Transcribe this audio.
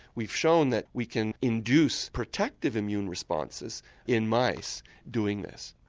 we've shown that we can induce protective immune responses in mice doing this.